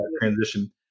transition